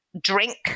drink